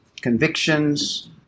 convictions